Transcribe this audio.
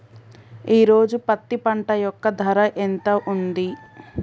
ఈ రోజు పత్తి పంట యొక్క ధర ఎంత ఉంది?